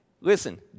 Listen